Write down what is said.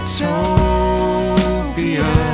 Utopia